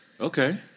okay